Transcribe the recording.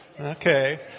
Okay